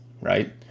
right